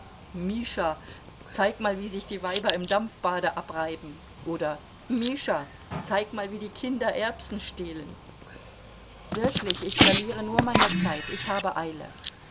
mischa zeig mal wie sich die weiber im dampfbade abreiben oder mischa zeig mal wie die kinder erbsen stehlen wirklich ich verliere nur meine zeit ich habe eile